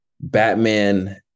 Batman